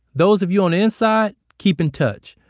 those of you on inside, keep in touch.